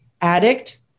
Addict